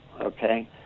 okay